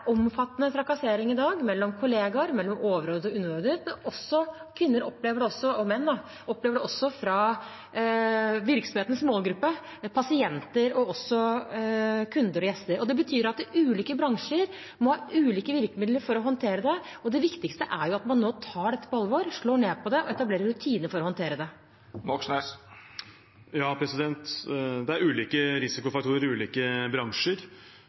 i dag omfattende trakassering mellom kollegaer, mellom overordnet og underordnet, og kvinner og menn opplever det også fra virksomhetens målgruppe – pasienter, kunder og gjester. Det betyr at ulike bransjer må ha ulike virkemidler for å håndtere det. Det viktigste er at man nå tar dette på alvor, slår ned på det og etablerer rutiner for å håndtere det. Ja, det er ulike risikofaktorer i ulike bransjer.